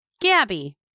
Gabby